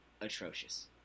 atrocious